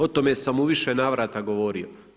O tome sam u više navrata govorio.